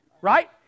Right